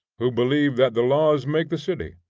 who believe that the laws make the city,